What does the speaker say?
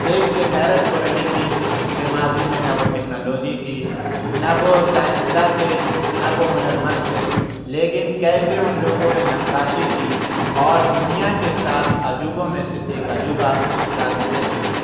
دیکھ کے حیرت ہو رہی تھی کہ ماضی میں نہ وہ ٹیکنالوجی تھی نہ وہ سائنسداں تھے نہ وہ ہنرمند تھے لیکن کیسے ان لوگوں نے نقاشی کی اور دنیا کے سات عجوبوں میں سے ایک عجوبہ تاج محل بنا دیا